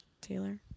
Taylor